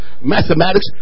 mathematics